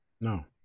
no